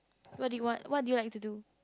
what do you want what do you like to do